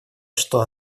что